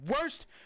worst